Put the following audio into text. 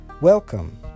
Welcome